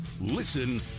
Listen